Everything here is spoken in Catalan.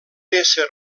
ésser